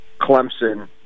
Clemson –